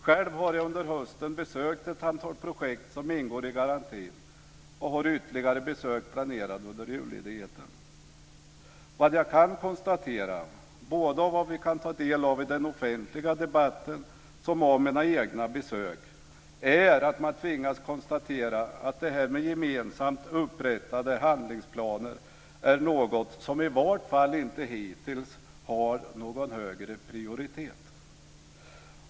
Själv har jag under hösten besökt ett antal projekt som ingår i garantin och ytterligare besök är planerade att göras under julledigheten. Vad jag kan konstatera, både av vad vi kan ta del av i den offentliga debatten och av mina egna besök, är att man tvingas konstatera att det här med gemensamt upprättade handlingsplaner är något som i varje fall inte hittills har haft någon högre prioritet.